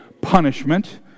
punishment